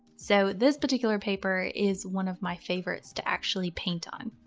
so this particular paper is one of my favorites to actually paint on.